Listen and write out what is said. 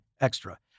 Extra